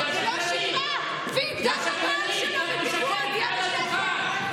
את משקרת בשם הסבתא שלך.